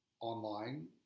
online